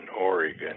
Oregon